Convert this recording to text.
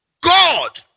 God